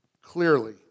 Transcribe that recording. Clearly